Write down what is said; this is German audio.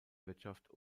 wirtschaft